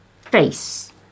face